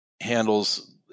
handles